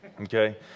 Okay